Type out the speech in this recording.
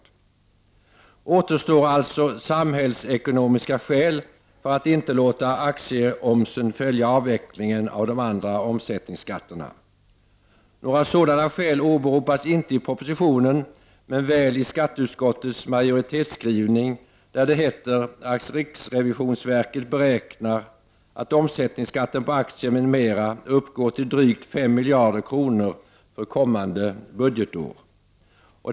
Det återstår alltså samhällsekonomiska skäl för att inte låta aktieomsen följa avvecklingen av de andra omsättningsskatterna. Några sådana skäl åberopas inte i propositionen men väl i skatteutskottets majoritetsskrivning, där det heter att riksrevisionsverket beräknar att omsättningsskatten på aktier m.m. uppgår till drygt 5 miljarder kronor för kommande budgetår.